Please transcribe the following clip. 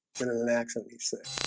and and and accent he's sick